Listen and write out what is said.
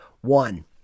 one